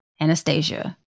Anastasia